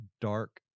dark